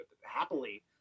happily